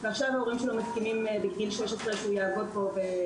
ועכשיו ההורים שלו מסכימים שבגיל 16 הוא יעבוד.